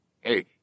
hey